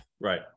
Right